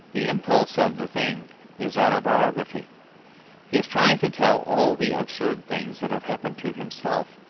the impulse of the thing is autobiography he is trying to tell all the absurd things that have happened to himself,